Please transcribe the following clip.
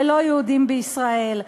ללא-יהודים בישראל.